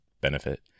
benefit